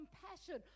compassion